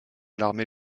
l’armée